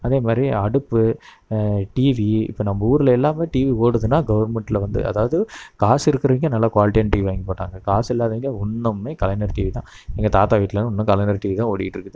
அதேமாதிரி அடுப்பு டிவி இப்போ நம்ப ஊரில் எல்லாமே டிவி ஓடுதுனால் கவர்மெண்டில் அதாவது காசு இருக்கிறவங்க நல்லா குவாலிட்டியாக டிவி வாங்கிப்போட்டாங்க காசு இல்லாதவங்க இன்னுமே கலைஞர் டிவிதான் எங்கள் தாத்தா வீட்டில் இன்னும் கலைஞர் டிவிதான் ஓடிக்கிட்டு இருக்குது